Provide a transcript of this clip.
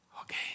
Okay